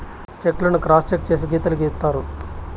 check లను cross check చేసి గీతలు గీత్తారు